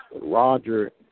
Roger